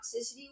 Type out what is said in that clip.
toxicity